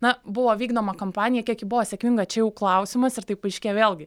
na buvo vykdoma kampanija kiek ji buvo sėkminga čia jau klausimas ir tai paaiškėjo vėlgi